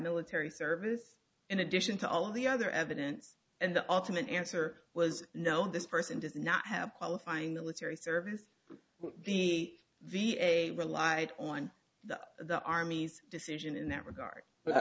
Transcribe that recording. military service in addition to all of the other evidence and the ultimate answer was no this person does not have qualifying military service the v a relied on the the army's decision in that regard but